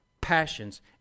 Passions